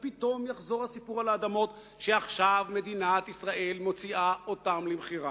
ופתאום יחזור הסיפור על האדמות שעכשיו מדינת ישראל מוציאה למכירה.